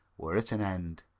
were at an end.